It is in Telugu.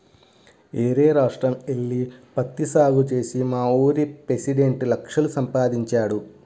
యేరే రాష్ట్రం యెల్లి పత్తి సాగు చేసి మావూరి పెసిడెంట్ లక్షలు సంపాదించాడు